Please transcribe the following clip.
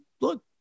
look